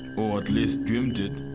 or at least dreamt it.